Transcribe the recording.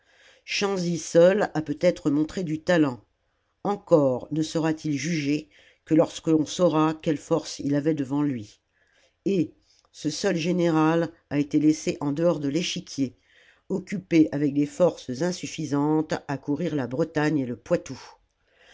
chanzy seul a peut-être montré du talent encore ne sera-t-il jugé que lorsqu'on saura quelles forces il avait devant lui et ce seul général a été laissé en dehors de l'échiquier occupé avec des forces insuffisantes à courir la bretagne et le poitou